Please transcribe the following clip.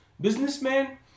businessman